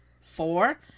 Four